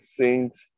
saints